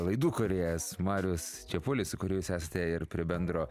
laidų kūrėjas marius čepulis su kuriuo jūs esate ir prie bendro